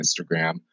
Instagram